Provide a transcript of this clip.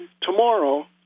tomorrow